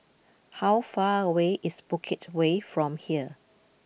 How far away is Bukit Way from here